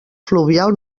fluvial